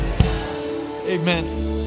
Amen